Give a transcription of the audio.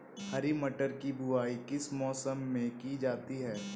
हरी मटर की बुवाई किस मौसम में की जाती है?